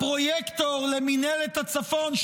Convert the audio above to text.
הפרויקטור למינהלת הצפון,